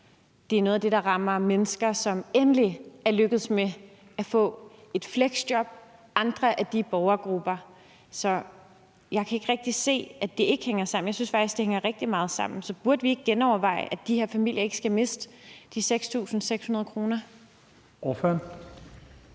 Det er noget af det, der rammer mennesker, som endelig er lykkedes med at få et fleksjob, og andre af de borgergrupper. Så jeg kan ikke rigtig se, at det ikke hænger sammen. Jeg synes faktisk, at det hænger rigtig meget sammen. Så burde vi ikke genoverveje det, så de her familier ikke skal miste de 6.600 kr.?